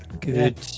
good